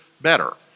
better